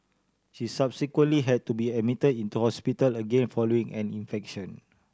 she subsequently had to be admitted into hospital again following an infection